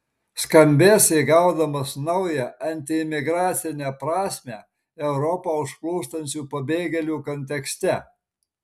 skambės įgaudamas naują antiimigracinę prasmę europą užplūstančių pabėgėlių kontekste